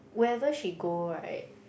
wherever she go right